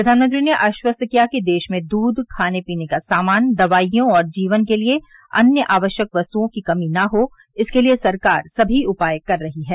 प्रधानमंत्री ने आश्वस्त किया कि देश में दूध खाने पीने का सामान दवाइयों और जीवन के लिए अन्य आवश्यक वस्तुओ की कमी ना हो इसके लिए सरकार सभी उपाय कर रही है